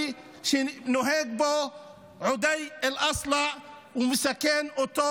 שנוהג בו עודאי אל-אצ'לה ומסכן אותו,